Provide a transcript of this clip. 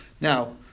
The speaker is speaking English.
Now